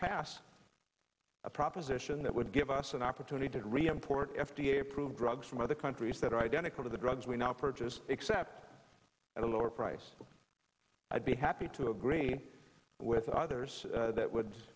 pass a proposition that would give us an opportunity to re import f d a approved drugs from other countries that are identical to the drugs we now purchase except at a lower price i'd be happy to agree with others that would